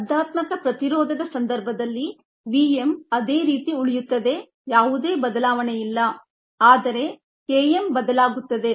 ಸ್ಪರ್ಧಾತ್ಮಕ ಪ್ರತಿರೋಧದ ಸಂದರ್ಭದಲ್ಲಿ Vm ಅದೇ ರೀತಿ ಉಳಿದಿರುತ್ತದೆ ಯಾವುದೇ ಬದಲಾವಣೆಯಿಲ್ಲ ಆದರೆ Km ಬದಲಾಗುತ್ತದೆ